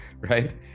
right